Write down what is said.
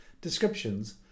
descriptions